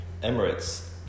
Emirates